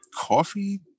coffee